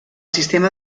sistema